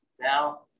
now